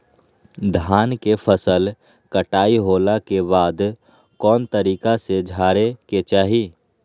धान के फसल कटाई होला के बाद कौन तरीका से झारे के चाहि?